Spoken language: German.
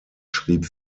schrieb